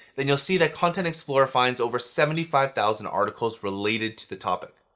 then you'll see that content explorer finds over seventy five thousand articles related to the topic.